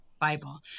Bible